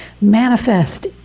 manifest